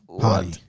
party